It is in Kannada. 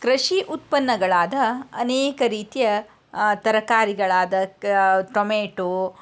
ಕೃಷಿ ಉತ್ಪನ್ನಗಳಾದ ಅನೇಕ ರೀತಿಯ ತರಕಾರಿಗಳಾದ ಟೊಮೇಟೊ